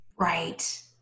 Right